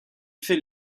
fait